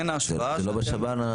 זה לא בשב"ן?